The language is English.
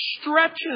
stretches